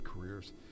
careers